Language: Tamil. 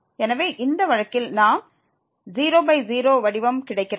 எனவே இந்த வழக்கில் நமக்கு 00 வடிவம் கிடைக்கிறது